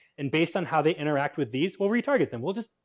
and based on how they interact with these we'll retarget them. we'll just,